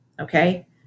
Okay